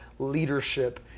leadership